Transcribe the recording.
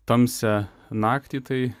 tamsią naktį tai